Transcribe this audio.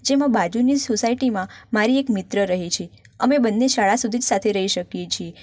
જેમાં બાજુની સોસાયટીમાં મારી એક મિત્ર રહે છે અમે બંને શાળા સુધી જ સાથે રહી શકીએ છીએ